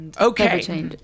Okay